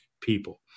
people